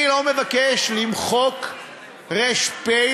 אני לא מבקש למחוק ר"פ,